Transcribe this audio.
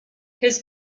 his